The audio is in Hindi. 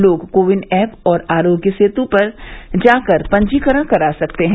लोग कोविन ऐप और आरोग्य सेतु ऐप पर जाकर पंजीकरण करा सकते हैं